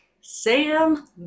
Sam